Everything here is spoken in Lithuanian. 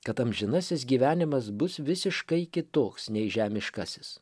kad amžinasis gyvenimas bus visiškai kitoks nei žemiškasis